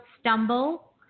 stumble